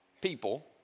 people